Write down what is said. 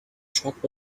truck